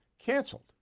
canceled